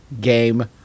game